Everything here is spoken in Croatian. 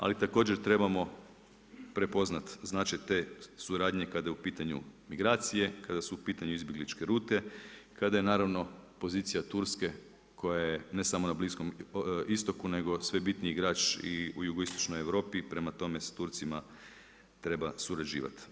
Ali također trebamo prepoznati značaj te suradnje kada je u pitanju migracije, kada su u pitanju izbjegličke rute, kada je naravno pozicija Turske koja je ne samo na Bliskom Istoku nego sve bitniji igrač i u jugoistočnoj Europi, prema tome s Turcima treba surađivati.